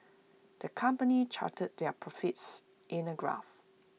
the company charted their profits in A graph